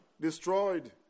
destroyed